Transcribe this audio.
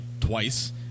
twice